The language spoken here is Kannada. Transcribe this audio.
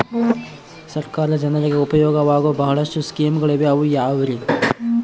ಸರ್ಕಾರ ಜನರಿಗೆ ಉಪಯೋಗವಾಗೋ ಬಹಳಷ್ಟು ಸ್ಕೇಮುಗಳಿವೆ ಅವು ಯಾವ್ಯಾವ್ರಿ?